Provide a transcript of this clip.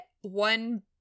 one